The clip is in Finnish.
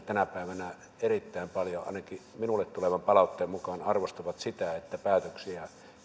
tänä päivänä erittäin paljon ainakin minulle tulevan palautteen mukaan arvostavat sitä että päätöksiä